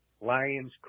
Lions